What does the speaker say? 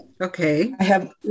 Okay